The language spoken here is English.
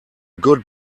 good